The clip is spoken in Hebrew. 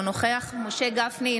אינו נוכח משה גפני,